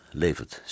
levert